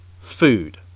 food